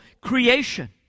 creation